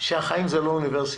שהחיים הם לא אוניברסיטה.